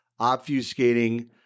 obfuscating